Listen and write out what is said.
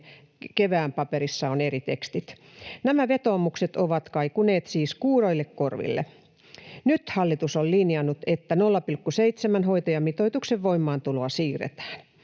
kevään paperissa on eri tekstit. Nämä vetoomukset ovat kaikuneet siis kuuroille korville. Nyt hallitus on linjannut, että 0,7:n hoitajamitoituksen voimaantuloa siirretään